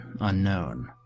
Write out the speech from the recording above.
unknown